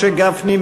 משה גפני,